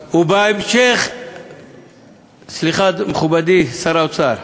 ובהמשך, סליחה, מכובדי שר האוצר,